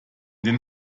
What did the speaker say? den